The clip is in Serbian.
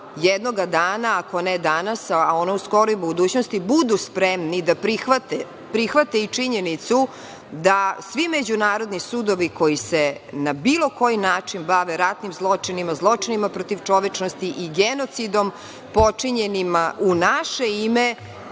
jednog dana, ako ne danas, onda u skoroj budućnosti budu spremni da prihvate i činjenicu da svi međunarodni sudovi, koji se na bilo koji način bave ratnim zločinima, zločinima protiv čovečnosti i genocidom počinjenima u naše ime